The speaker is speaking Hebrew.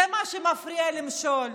זה מה שמפריע למשול,